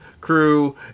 crew